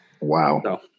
wow